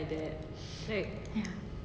ya